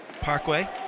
Parkway